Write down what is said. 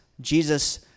Jesus